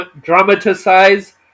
dramatize